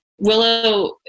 willow